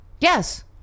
Yes